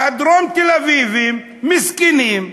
והדרום תל-אביבים, מסכנים,